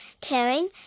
caring